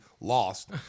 lost